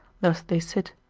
thus they sit,